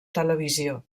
televisió